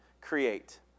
create